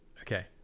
Okay